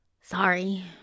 Sorry